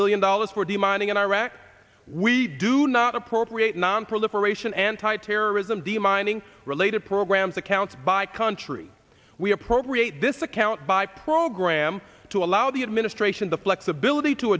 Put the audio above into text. million dollars for the mining in iraq we do not appropriate nonproliferation anti terrorism demining related programs accounts by country we appropriate this account by program to allow the administration the flexibility to